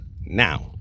Now